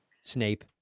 snape